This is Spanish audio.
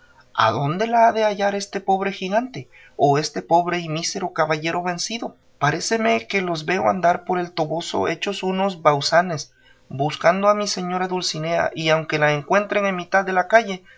dulcinea adónde la ha de hallar este pobre gigante o este pobre y mísero caballero vencido paréceme que los veo andar por el toboso hechos unos bausanes buscando a mi señora dulcinea y aunque la encuentren en mitad de la calle